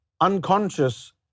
unconscious